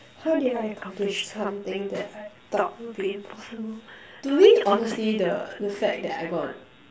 how did I accomplish something that I thought would be impossible to me honestly the the fact that I got